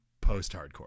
post-hardcore